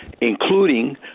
including